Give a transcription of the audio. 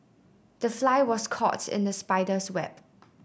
the fly was caught in the spider's web